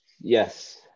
Yes